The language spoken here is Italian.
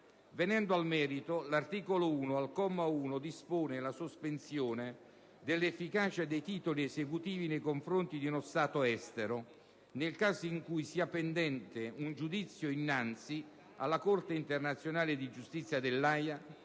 Venendo al merito, l'articolo 1, al comma 1, dispone la sospensione dell'efficacia dei titoli esecutivi nei confronti di uno Stato estero nel caso in cui sia pendente un giudizio innanzi alla Corte internazionale di giustizia dell'Aja,